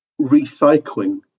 recycling